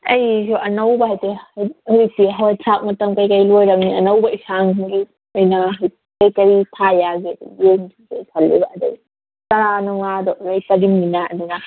ꯑꯩꯁꯨ ꯑꯅꯧꯕ ꯍꯥꯏꯗꯤ ꯍꯧꯖꯤꯛꯇꯤ ꯍꯋꯥꯏ ꯊꯔꯥꯛ ꯃꯇꯝ ꯀꯩꯀꯩ ꯂꯣꯏꯔꯃꯤꯅ ꯑꯅꯧꯕ ꯏꯟꯁꯥꯡꯁꯤꯡꯒꯤ ꯑꯣꯏꯅ ꯍꯧꯖꯤꯛ ꯀꯔꯤ ꯀꯔꯤ ꯊꯥ ꯌꯥꯒꯦ ꯌꯦꯡꯁꯤꯔꯥ ꯈꯜꯂꯤꯕ ꯑꯗꯨ ꯍꯥꯔꯥ ꯅꯨꯡꯂꯥꯗꯣ ꯂꯣꯏ ꯇꯥꯁꯤꯟꯒꯤꯗꯅꯤꯉꯥꯏ